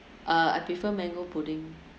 uh I prefer mango pudding